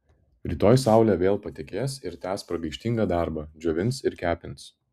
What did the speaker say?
rytoj saulė vėl patekės ir tęs pragaištingą darbą džiovins ir kepins